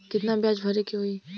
कितना ब्याज भरे के होई?